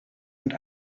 und